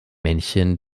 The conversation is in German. männchen